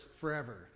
forever